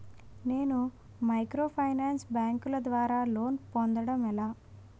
నేను మైక్రోఫైనాన్స్ బ్యాంకుల ద్వారా లోన్ పొందడం ఎలా?